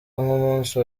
nk’umunsi